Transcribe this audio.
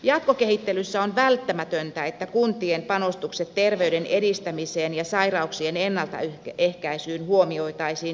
jatkokehittelyssä on välttämätöntä että kuntien panostukset terveyden edistämiseen ja sairauksien ennaltaehkäisyyn huomioitaisiin nykyistäkin paremmin